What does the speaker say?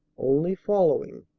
only following.